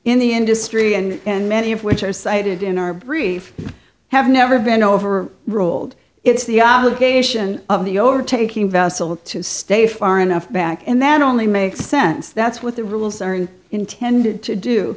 in the industry and many of which are cited in our brief have never been over ruled it's the obligation of the overtaking vessel to stay far enough back and that only makes sense that's what the rules are and intended to do